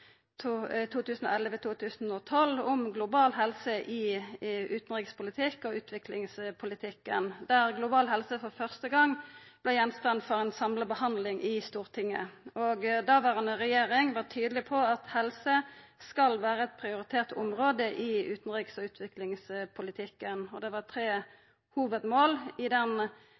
og utviklingspolitikken. Der vart global helse for første gong gjenstand for ei samla behandling i Stortinget. Den dåverande regjeringa var tydeleg på at helse skal vera eit prioritert område i utanriks- og utviklingspolitikken. Det var tre hovudmål i den